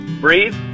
breathe